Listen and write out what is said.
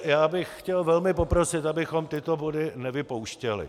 Já bych chtěl velmi poprosit, abychom tyto body nevypouštěli.